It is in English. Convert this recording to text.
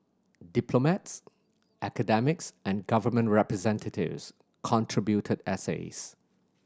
diplomats academics and government representatives contributed essays